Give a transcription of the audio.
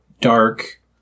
dark